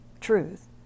truth